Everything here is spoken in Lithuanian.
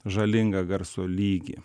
žalingą garso lygį